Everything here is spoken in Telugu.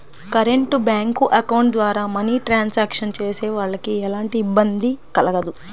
కరెంట్ బ్యేంకు అకౌంట్ ద్వారా మనీ ట్రాన్సాక్షన్స్ చేసేవాళ్ళకి ఎలాంటి ఇబ్బంది కలగదు